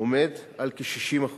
עומד על כ-60%.